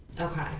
okay